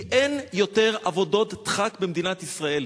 כי אין יותר עבודות דחק במדינת ישראל.